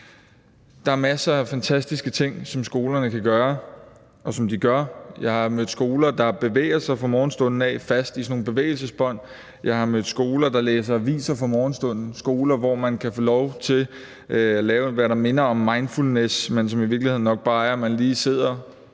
Der er masser af fantastiske ting, som skolerne kan gøre, og som de gør. Jeg har mødt skoler, som fast bevæger sig fra morgenstunden af i sådan nogle bevægelsesbånd. Jeg har mødt skoler, der læser aviser fra morgenstunden, og skoler, hvor man kan få lov til at lave, hvad der minder om mindfulness, men som i virkeligheden nok bare er, at man lige sidder